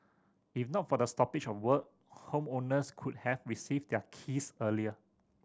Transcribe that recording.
if not for the stoppage of work homeowners could have received their keys earlier